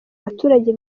baturage